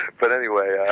but anyway,